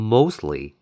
Mostly